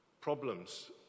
problems